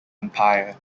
empire